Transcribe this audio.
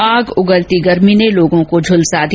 आग उगलती गर्मी ने लोगों को झुलसा दिया